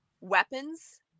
weapons